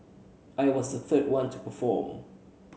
I was the third one to perform